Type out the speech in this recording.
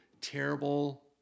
terrible